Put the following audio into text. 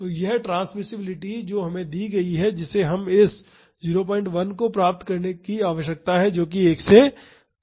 तो यह ट्रांसमिसिबिलिटी जो हमें दी गई है जिसे हमें इस 01 को प्राप्त करने की आवश्यकता है जो कि 1 से कम है